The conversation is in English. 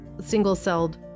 single-celled